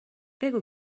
بگو